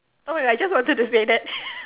oh my god I just wanted to say that